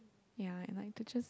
ya I could just